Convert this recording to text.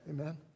Amen